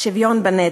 שוויון בנטל.